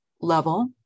level